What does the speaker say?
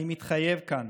אני מתחייב כאן